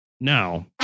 Now